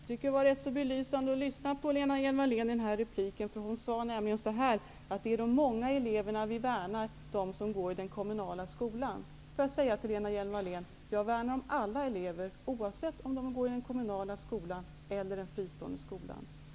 Fru talman! Det var rätt så belysande att lyssna på Lena Hjelm-Wallén i denna replik. Hon sade nämligen så här: Det är de många eleverna vi värnar, de som går i den kommunala skolan. Jag vill säga till Lena Hjelm-Wallén: Jag värnar om alla elever, oavsett om de går i den kommunala skolan eller den fristående skolan.